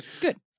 good